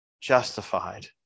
justified